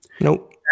Nope